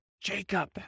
Jacob